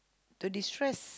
to destress